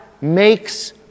makes